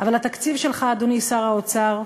אבל התקציב שלך, אדוני שר האוצר,